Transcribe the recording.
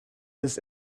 this